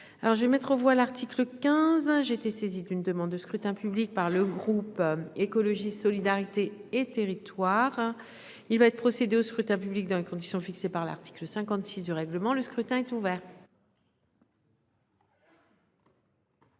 Je mets aux voix l'article 15. J'ai été saisie d'une demande de scrutin public émanant du groupe Écologiste-Solidarité et Territoires. Il va être procédé au scrutin dans les conditions fixées par l'article 56 du règlement. Le scrutin est ouvert.